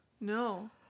No